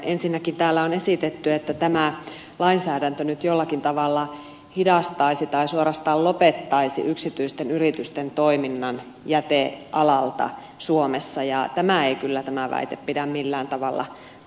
ensinnäkin täällä on esitetty että tämä lainsäädäntö nyt jollakin tavalla hidastaisi tai suorastaan lopettaisi yksityisten yritysten toiminnan jätealalta suomessa ja tämä väite ei kyllä pidä millään tavalla paikkaansa